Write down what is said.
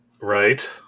Right